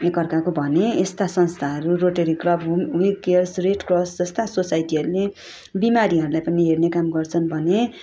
एकअर्काको भने यस्ता संस्थाहरू रोटेरी क्लब हुन् हु केर्स रेड क्रस जस्ता सोसाइटीहरूले बिमारीहरूलाई पनि हेर्ने काम गर्छन् भने